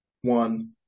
one